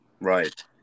right